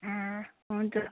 ए हुन्छ